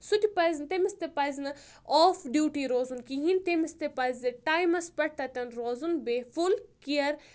سُہ تہِ پَزِ نہٕ تٔمِس تہِ پَزِ نہٕ آف ڈیوٗٹی روزُن کِہیٖنۍ تٔمِس تہِ پَزِ ٹایمَس پؠٹھ تَتؠن روزُن بیٚیہِ فُل کِیر